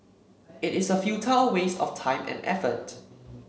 it is a futile waste of time and effort